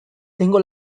tengo